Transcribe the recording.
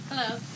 Hello